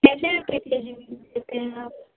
کیسے روپے کے جی دیتے ہیں آپ